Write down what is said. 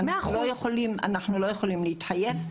אנחנו לא יכולים להתחייב.